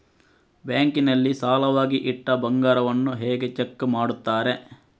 Bank ನಲ್ಲಿ ಸಾಲವಾಗಿ ಇಟ್ಟ ಬಂಗಾರವನ್ನು ಹೇಗೆ ಚೆಕ್ ಮಾಡುತ್ತಾರೆ?